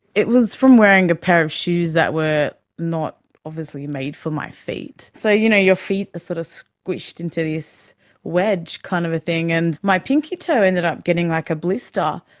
it was from wearing a pair of shoes that were not obviously made for my feet. so you know your feet are sort of squished into this wedge kind of thing, and my pinkie toe ended up getting like a blister.